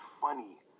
funny